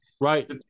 Right